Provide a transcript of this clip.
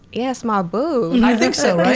yeah, it's my booth. and i think so, right?